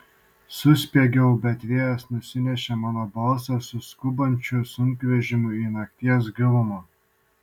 suspiegiau bet vėjas nusinešė mano balsą su skubančiu sunkvežimiu į nakties gilumą